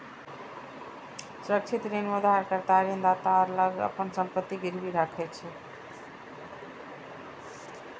सुरक्षित ऋण मे उधारकर्ता ऋणदाता लग अपन संपत्ति गिरवी राखै छै